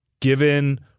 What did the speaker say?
given